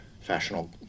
fashionable